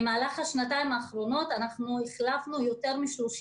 במהלך השנתיים האחרונות החלפנו יותר מ-30